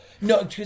No